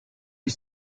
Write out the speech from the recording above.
you